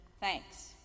thanks